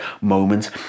moment